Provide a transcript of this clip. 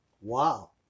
Wow